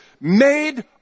made